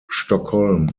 stockholm